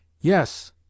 Yes